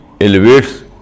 elevates